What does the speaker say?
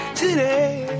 today